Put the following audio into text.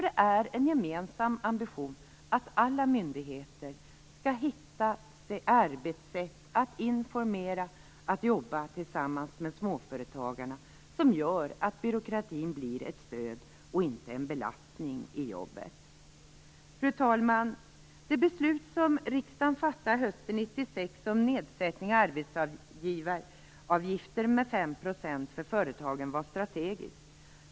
Det är en gemensam ambition att alla myndigheter skall hitta arbetssätt att informera på och att jobba tillsammans med småföretagarna som gör att byråkratin blir ett stöd och inte en belastning i jobbet. Fru talman! Det beslut som riksdagen fattade hösten 1996 om nedsättning av arbetsgivaravgiften med 5 % för företagen var strategisk.